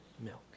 milk